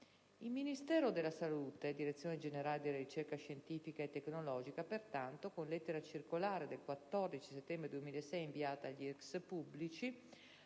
Il Ministero della salute-Direzione generale della ricerca scientifica e tecnologica, pertanto, con lettera circolare del 14 settembre 2006 inviata agli IRCCS pubblici,